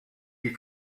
fait